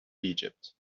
egypt